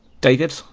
david